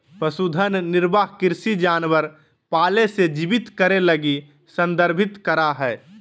पशुधन निर्वाह कृषि जानवर पाले से जीवित करे लगी संदर्भित करा हइ